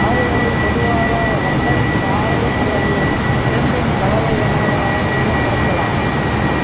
ஆறுகளை பொதுவாக வண்டல் பாறை அல்லது இரண்டின் கலவை என வகைப்படுத்தலாம்